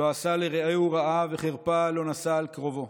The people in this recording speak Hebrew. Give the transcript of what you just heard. לא עשה לרעהו רעה וחרפה לא נשא על קרבו.